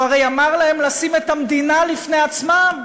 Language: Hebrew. והוא הרי אמר להם לשים את המדינה לפני עצמם,